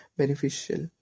beneficial